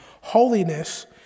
Holiness